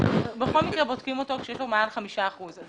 בכל מקרה בודקים אותו כשיש לו מעל חמישה אחוזים.